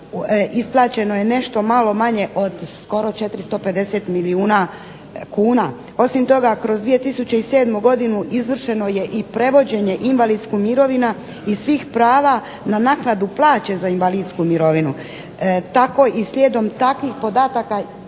isplaćeno je nešto malo manje od skoro 450 milijuna kuna. Osim toga, kroz 2007. godinu izvršeno je i prevođenje invalidskih mirovina i svih prava na naknadu plaće za invalidsku mirovinu. Tako i slijedom takvih podataka reći ću vam i podatak